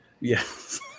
Yes